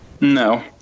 No